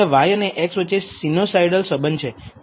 તેથી અહીંયાં y અને x વચ્ચે સિનુસાઇડલ સંબંધ છે